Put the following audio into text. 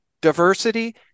Diversity